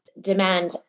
demand